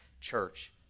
church